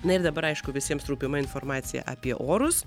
na ir dabar aišku visiems rūpima informacija apie orus